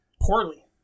poorly